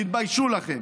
תתביישו לכם.